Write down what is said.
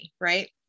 Right